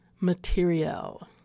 material